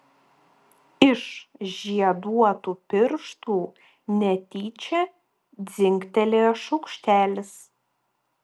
iš žieduotų pirštų netyčia dzingtelėjo šaukštelis